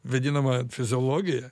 vadinama fiziologija